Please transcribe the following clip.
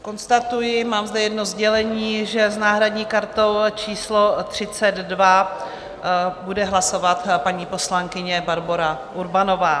Konstatuji, mám zde jedno sdělení, že s náhradní kartou číslo 32 bude hlasovat paní poslankyně Barbora Urbanová.